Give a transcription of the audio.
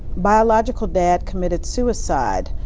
biological dad committed suicide.